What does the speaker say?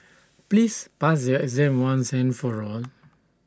please pass your exam once and for all